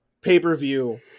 pay-per-view